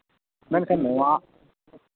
ᱢᱮᱱᱠᱷᱟᱱ ᱱᱚᱣᱟ